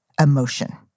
emotion